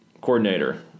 coordinator